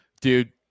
dude